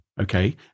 okay